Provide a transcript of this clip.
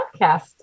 podcast